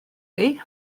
chi